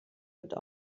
wird